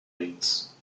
lanes